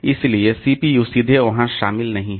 इसलिए सीपीयू सीधे वहां शामिल नहीं है